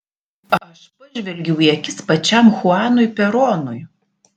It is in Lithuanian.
aš pažvelgiau į akis pačiam chuanui peronui